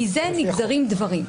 מזה נגזרים דברים.